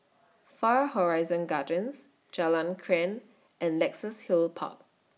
Far Horizon Gardens Jalan Krian and Luxus Hill Park